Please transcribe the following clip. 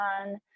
on